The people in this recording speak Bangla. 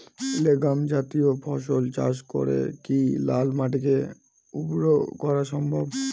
লেগুম জাতীয় ফসল চাষ করে কি লাল মাটিকে উর্বর করা সম্ভব?